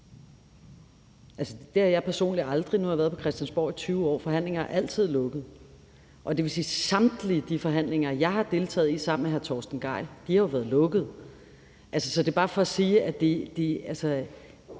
det har jeg personligt aldrig, og nu har jeg været på Christiansborg i 20 år. Forhandlinger er altid lukkede. Det vil sige, at samtlige forhandlinger, jeg har deltaget i sammen med hr. Torsten Gejl, jo har været lukkede. Der ligger nogle